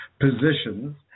positions